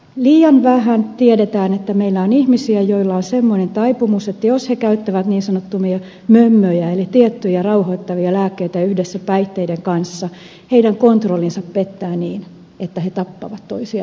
liian vähän tiedetään että meillä on ihmisiä joilla on semmoinen taipumus että jos he käyttävät niin sanottuja mömmöjä eli tiettyjä rauhoittavia lääkkeitä yhdessä päihteiden kanssa heidän kontrollinsa pettää niin että he tappavat toisia ihmisiä